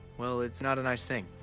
well, it's not a nice thing.